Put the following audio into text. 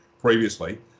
previously